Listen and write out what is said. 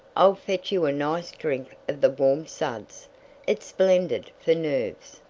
i'll fetch you a nice drink of the warm suds it's splendid fer nerves.